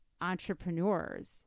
entrepreneurs